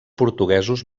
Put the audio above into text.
portuguesos